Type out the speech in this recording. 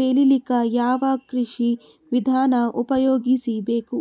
ಬೆಳಿಲಿಕ ಯಾವ ಕೃಷಿ ವಿಧಾನ ಉಪಯೋಗಿಸಿ ಬೇಕು?